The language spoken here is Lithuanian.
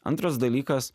antras dalykas